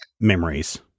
memories